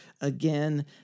again